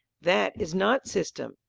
that is not system,